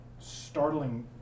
startling